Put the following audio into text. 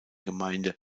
gemeinde